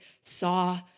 saw